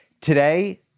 Today